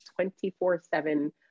24-7